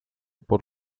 por